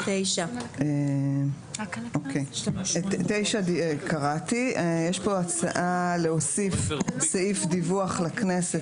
לסעיף 9. קראתי את סעיף 9. יש פה הצעה להוסיף סעיף דיווח לכנסת,